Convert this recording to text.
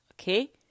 okay